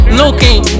looking